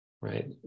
right